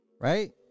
right